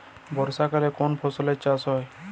বর্ষাকালে কোন ফসলের চাষ হয়?